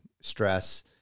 stress